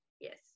Yes